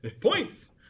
points